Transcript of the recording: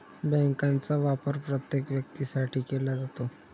बँकांचा वापर प्रत्येक व्यक्तीसाठी केला जातो